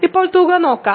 ഇപ്പോൾ തുക നോക്കാം